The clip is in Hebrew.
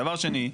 שאלתי,